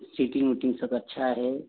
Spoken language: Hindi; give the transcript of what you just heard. सिटिंग उटिंग सब अच्छा है